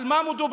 על מה מדובר?